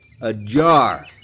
Ajar